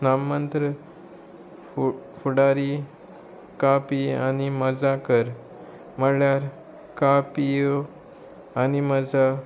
नाम मंत्र फु फुडारी खा पी आनी मजा कर म्हळ्यार खा पियो आनी मजा